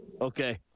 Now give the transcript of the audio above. Okay